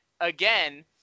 again